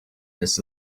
this